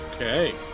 Okay